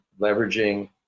leveraging